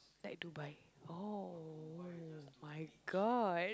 like Dubai oh oh-my-god